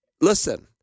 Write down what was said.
Listen